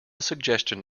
suggestion